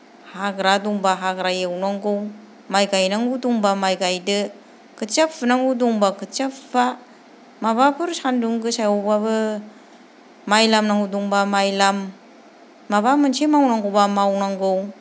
हाग्रा दंब्ला हाग्रा एवनांगौ माइ गायनांगौ दंब्ला माइ गायदो खोथिया फुनांगौ दंब्ला खोथिया फु बा माबाफोर सानदुं गोसायावब्लाबो माइ लामनांगौ दंब्ला माइ लाम माबा मोनसे मावनांगौब्ला मावनांगौ